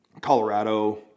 Colorado